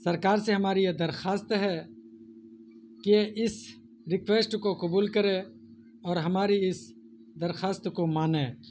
سرکار سے ہماری یہ درخواست ہے کہ اس ریکویسٹ کو قبول کرے اور ہماری اس درخواست کو مانے